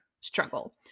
struggle